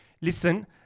listen